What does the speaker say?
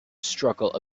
struggle